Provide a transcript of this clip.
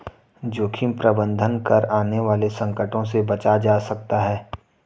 जोखिम प्रबंधन कर आने वाले संकटों से बचा जा सकता है